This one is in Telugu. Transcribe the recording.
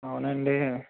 అవునాండి